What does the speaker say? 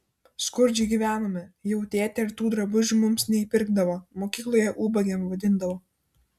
skurdžiai gyvenome jau tėtė ir tų drabužių mums neįpirkdavo mokykloje ubagėm vadindavo